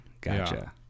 Gotcha